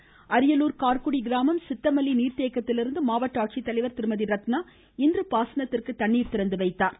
அரியலூர் மாவட்டம் கார்க்குடி கிராமம் சித்தமல்லி நீர்த்தேக்கத்திலிருந்து மாவட்ட ஆட்சித்தலைவர் திருமதி ரத்னா இன்று பாசனத்திற்கு தண்ணீர் திறந்து வைத்தார்